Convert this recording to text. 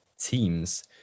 teams